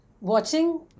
watching